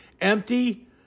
empty